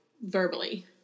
verbally